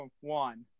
one